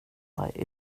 var